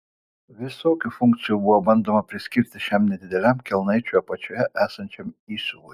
visokių funkcijų buvo bandoma priskirti šiam nedideliam kelnaičių apačioje esančiam įsiuvui